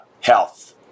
Health